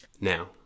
Now